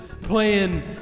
playing